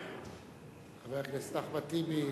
חבר הכנסת אחמד טיבי.